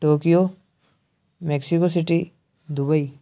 Tokyo Mexico City Dubai